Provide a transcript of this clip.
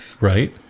Right